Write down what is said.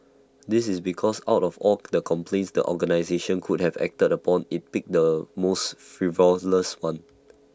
this is because out of all the complaints the organisation could have acted upon IT picked the most frivolous one